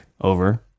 Over